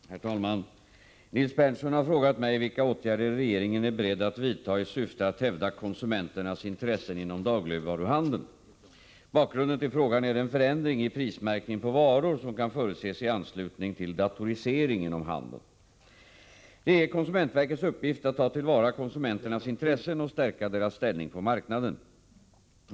Herr talman! Nils Berndtson har frågat mig vilka åtgärder regeringen är beredd att vidta i syfte att hävda konsumenternas intressen inom dagligvaruhandeln. Bakgrunden till frågan är den förändring i prismärkningen på varor som kan förutses i anslutning till datorisering inom handeln. Det är konsumentverkets uppgift att ta till vara konsumenternas intressen och stärka deras ställning på marknaden.